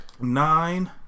Nine